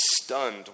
stunned